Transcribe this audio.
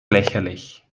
lächerlich